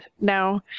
now